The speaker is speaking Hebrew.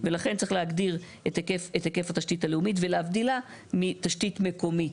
ולכן צריך להגדיר את היקף התשתית הלאומית ולהבדילה מתשתית מקומית.